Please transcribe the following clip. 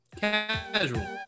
casual